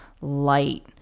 light